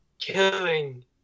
Killing